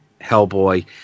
Hellboy